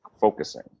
focusing